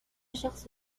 شخص